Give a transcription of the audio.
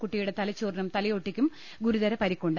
കുട്ടിയുടെ തല ച്ചോറിനും തലയോട്ടിക്കും ഗുരുതര പരിക്കുണ്ട്